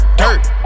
dirt